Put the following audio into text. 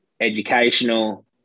educational